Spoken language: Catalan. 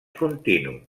continu